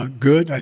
ah good.